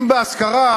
אם בהשכרה,